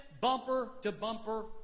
bumper-to-bumper